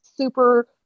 super